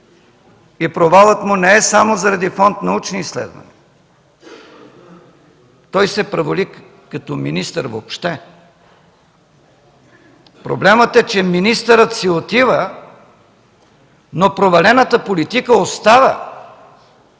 И провалът му не е само заради Фонд „Научни изследвания”. Той се провали като министър въобще. Проблемът е, че министърът си отива, но провалената политика остава!